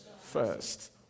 first